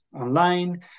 online